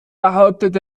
behauptet